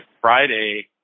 Friday